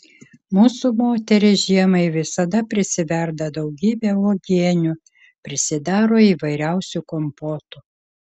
mūsų moterys žiemai visada prisiverda daugybę uogienių prisidaro įvairiausių kompotų